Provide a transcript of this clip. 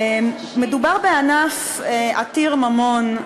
מדובר בענף עתיר ממון,